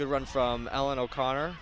to run from allan o'connor